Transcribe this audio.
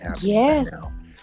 yes